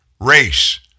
race